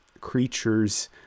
creatures